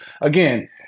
again